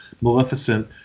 Maleficent